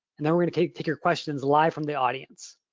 and then we're gonna take take your questions live from the audience.